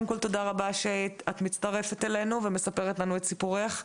תודה רבה שאת מצטרפת אלינו ומספרת לנו את סיפורך.